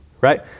right